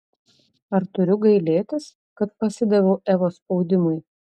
ar turiu gailėtis kad pasidaviau evos spaudimui